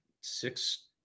six